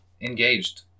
engaged